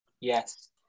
Yes